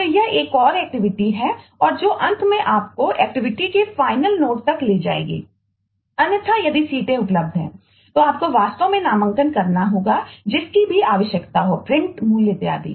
तो यह एक और एक्टिविटी लागू करते हैं इत्यादि